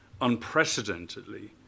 unprecedentedly